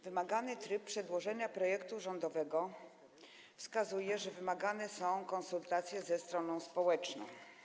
Wymagany tryb przedłożenia projektu rządowego wskazuje, że wymagane są konsultacje ze stroną społeczną.